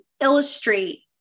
illustrate